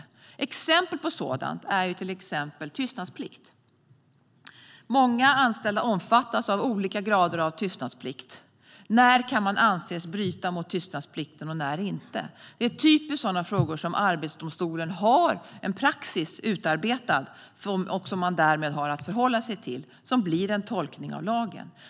Ett exempel på detta är tystnadsplikt. Många anställda omfattas av olika grader av tystnadsplikt. När kan någon anses bryta mot tystnadsplikten - och när inte? Det är typiskt sådana frågor där Arbetsdomstolen har en praxis utarbetad och som man därmed har att förhålla sig till, som blir en tolkning av lagen.